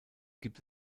gibt